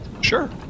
Sure